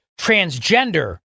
transgender